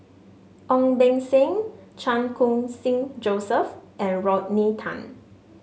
Ong Beng Seng Chan Khun Sing Joseph and Rodney Tan